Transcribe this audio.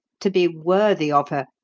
to be worthy of her,